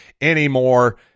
anymore